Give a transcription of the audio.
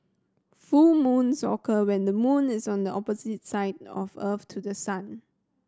full moons occur when the moon is on the opposite side of Earth to the sun